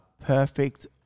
perfect